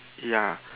ya